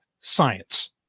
science